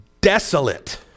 desolate